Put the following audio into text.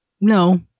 No